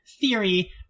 theory